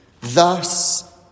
Thus